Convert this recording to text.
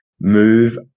move